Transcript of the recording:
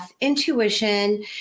intuition